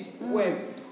works